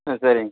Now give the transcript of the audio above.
ஆ சரிங்க